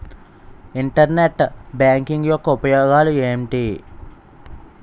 Internet banking యెక్క ఉపయోగాలు ఎంటి?